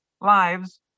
lives